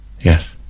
Yes